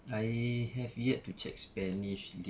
I have yet to check spanish league